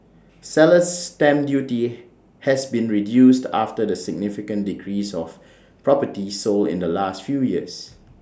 seller's stamp duty has been reduced after the significant decrease of properties sold in the last few years